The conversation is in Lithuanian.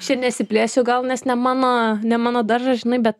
čia nesiplėsiu gal nes ne mano ne mano daržas žinai bet